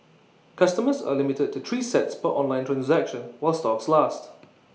customers are limited to three sets per online transaction while stocks last